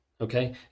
Okay